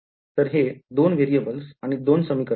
तर हे २ variables आणि २ समीकरणं आहेत